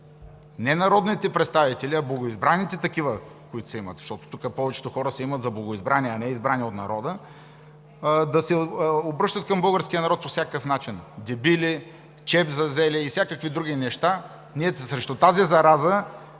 не народните представители, а за богоизбраните такива, които се имат, защото тук повечето хора се имат за богоизбрани, а не за избрани от народа, да се обръщат към българския народ по всякакъв начин: „дебили“, „чеп за зеле“ и всякакви други неща. Ние срещу тази зараза